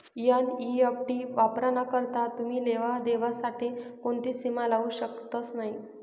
NEFT वापराना करता तुमी लेवा देवा साठे कोणतीच सीमा लावू शकतस नही